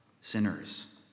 sinners